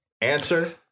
Answer